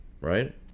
Right